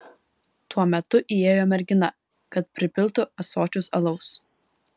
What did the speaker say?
tuo metu įėjo mergina kad pripiltų ąsočius alaus